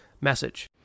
message